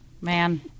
man